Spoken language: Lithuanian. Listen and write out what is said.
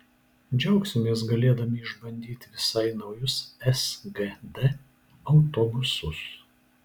džiaugsimės galėdami išbandyti visai naujus sgd autobusus